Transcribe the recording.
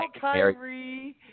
Kyrie